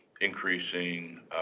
increasing